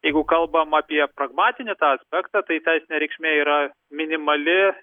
jeigu kalbam apie pragmatinį tą aspektą tai teisinė reikšmė yra minimali